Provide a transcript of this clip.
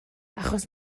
achos